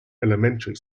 elementary